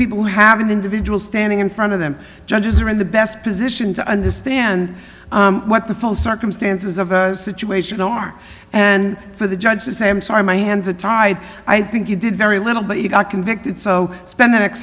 people who have an individual standing in front of them judges are in the best position to understand what the full circumstances of the situation are and for the judge to say i'm sorry my hands are tied i think you did very little but you got convicted so spend the next